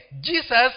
Jesus